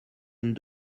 une